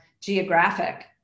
geographic